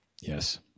Yes